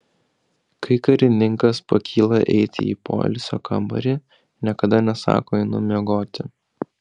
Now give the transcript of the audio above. kai karininkas pakyla eiti į poilsio kambarį niekada nesako einu miegoti